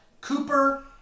Cooper